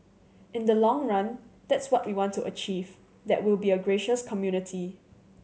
in the long run that's what we want to achieve that we'll be a gracious community